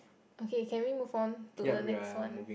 okay can we move on to the next one